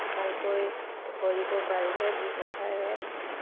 ভালকৈ কৰিব পাৰিলে ব্যৱসায়ত